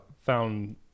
found